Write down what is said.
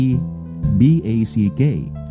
B-A-C-K